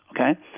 okay